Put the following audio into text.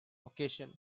occasion